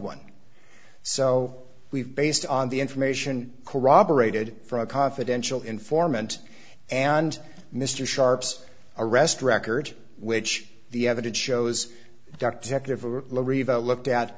one so we've based on the information corroborated for a confidential informant and mr sharpe's arrest record which the evidence shows doctor looked at